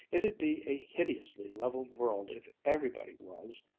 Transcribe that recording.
it'd be a hideously leveled world if everybody was,